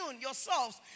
yourselves